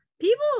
people